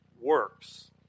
works